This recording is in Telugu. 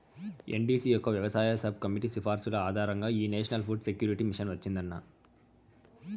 ఎన్.డీ.సీ యొక్క వ్యవసాయ సబ్ కమిటీ సిఫార్సుల ఆధారంగా ఈ నేషనల్ ఫుడ్ సెక్యూరిటీ మిషన్ వచ్చిందన్న